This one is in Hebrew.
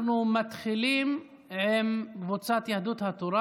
אנחנו מתחילים עם קבוצת יהדות התורה.